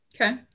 Okay